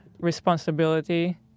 responsibility